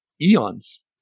eons